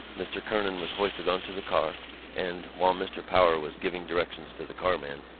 mr. kernan was hoisted on to the car and, while mr. power was giving directions to the carman,